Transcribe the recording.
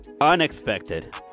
unexpected